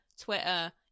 Twitter